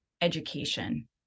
education